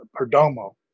Perdomo